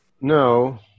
No